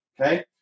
Okay